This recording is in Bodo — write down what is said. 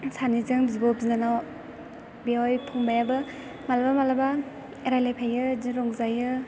सानैजों बिब' बिनानाव बेवहाय फंबायाबो मालाबा मालाबा रायज्लायफायो बिदि रंजायो